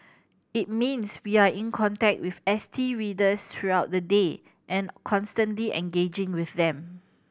it means we are in contact with S T readers throughout the day and constantly engaging with them